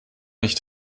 nicht